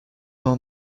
d’un